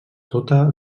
tota